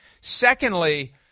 Secondly